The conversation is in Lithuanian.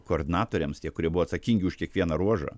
koordinatoriams tie kurie buvo atsakingi už kiekvieną ruožą